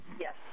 yes